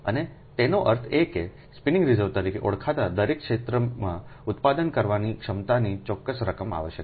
અનેતેનો અર્થ એ કે સ્પિનિંગ રિઝર્વ તરીકે ઓળખાતા દરેક ક્ષેત્રમાં ઉત્પાદન કરવાની ક્ષમતાની ચોક્કસ રકમ આવશ્યક છે